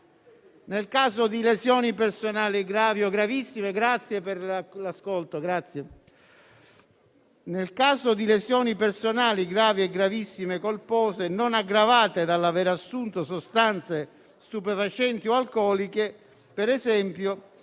Nel caso di lesioni personali gravi e gravissime colpose, non aggravate dall'aver assunto sostanze stupefacenti o alcoliche, si è ad esempio